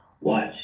watch